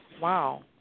Wow